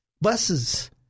buses